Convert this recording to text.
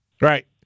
Right